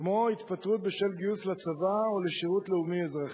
כמו התפטרות בשל גיוס לצבא או לשירות לאומי אזרחי.